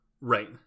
Right